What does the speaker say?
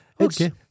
Okay